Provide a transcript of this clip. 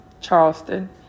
Charleston